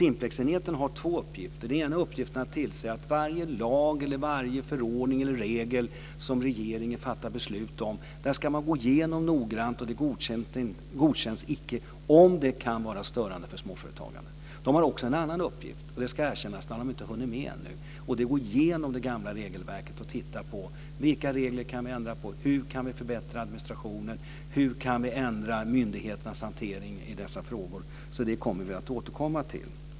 Den har två uppgifter. Den ena är att noggrant gå igenom varje regel som regeringen fattar beslut om. Om den kan vara störande för småföretagare godkänns den inte. Enheten har också en annan uppgift. Det ska erkännas att man inte har hunnit med den ännu. Man ska gå igenom det gamla regelverket och se över vilka regler man kan ändra på, hur man kan förbättra administrationen och ändra myndigheternas hantering. Det återkommer vi till.